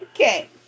okay